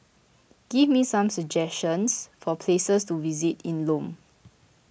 give me some suggestions for places to visit in Lome